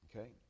Okay